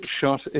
shot